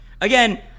Again